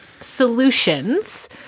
solutions